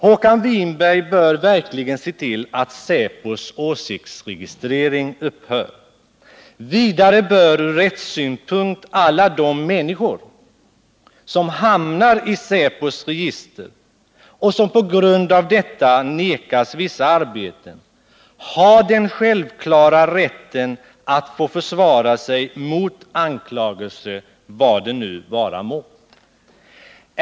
Håkan Winberg bör se till att säpos åsiktsregistrering upphör. Vidare bör alla de människor som hamnar i säpos register och som på grund av detta = nekas vissa arbeten ha den självklara rätten att försvara sig mot anklagelserna — vad de än må gälla.